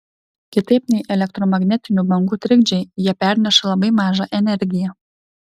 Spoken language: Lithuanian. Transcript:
kitaip nei elektromagnetinių bangų trikdžiai jie perneša labai mažą energiją